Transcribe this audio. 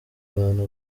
bantu